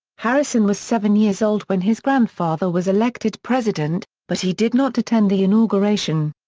harrison was seven years old when his grandfather was elected president, but he did not attend the inauguration.